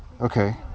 Okay